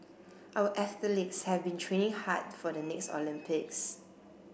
our athletes have been training hard for the next Olympics